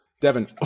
Devin